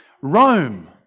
Rome